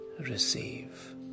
Receive